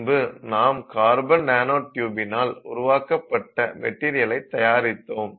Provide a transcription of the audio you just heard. பின்பு நாம் carbon nano டியூப்பினால் உருவாக்கப்பட்ட மெட்டீரியலை தயாரித்தோம்